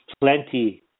plenty